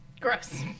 gross